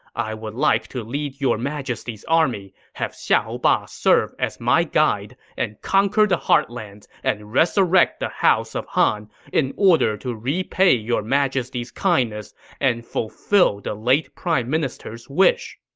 i would like to lead your majesty's army, have xiahou ba serve as my guide, and conquer the heartlands and resurrect the house of han in order to repay your majesty's kindness and fulfill the late prime minister's wish.